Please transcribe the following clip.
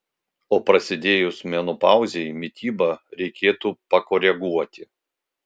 o prasidėjus menopauzei mitybą reikėtų pakoreguoti